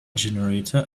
generator